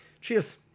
Cheers